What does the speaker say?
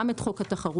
גם את חוק התחרות.